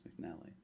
McNally